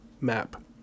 map